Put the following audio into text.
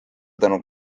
tänu